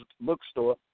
Bookstore